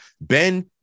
Ben